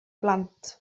blant